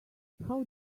how